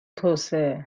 توسعه